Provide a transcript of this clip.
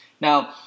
Now